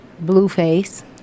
Blueface